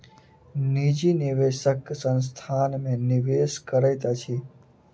निजी निवेशक संस्थान में निवेश करैत अछि